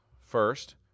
First